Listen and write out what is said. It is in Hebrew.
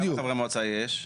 כמה חברי מועצה יש?